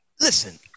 Listen